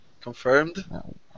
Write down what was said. confirmed